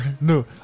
No